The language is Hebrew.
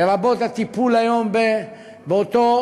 לרבות הטיפול היום באותו